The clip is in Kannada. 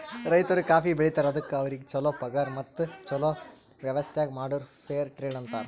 ರೈತರು ಕಾಫಿ ಬೆಳಿತಾರ್ ಅದುಕ್ ಅವ್ರಿಗ ಛಲೋ ಪಗಾರ್ ಮತ್ತ ಛಲೋ ವ್ಯವಸ್ಥ ಮಾಡುರ್ ಫೇರ್ ಟ್ರೇಡ್ ಅಂತಾರ್